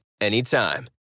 anytime